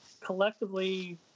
collectively